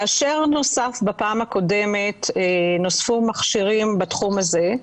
כאשר נוספו בפעם הקודמת מכשירים בתחום הזה,